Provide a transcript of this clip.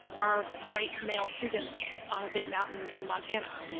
our white male students on a big mountain in montana.